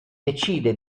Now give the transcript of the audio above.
decide